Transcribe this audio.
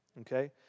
Okay